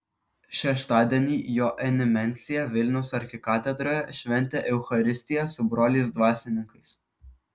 šeštadienį jo eminencija vilniaus arkikatedroje šventė eucharistiją su broliais dvasininkais